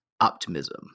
Optimism